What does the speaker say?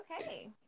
Okay